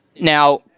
Now